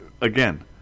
again